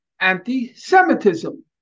anti-Semitism